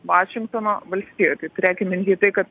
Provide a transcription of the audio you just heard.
vašingtono valstijoj tai turėkim minty tai kad